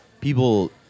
people